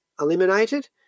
eliminated